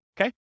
Okay